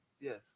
Yes